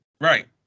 Right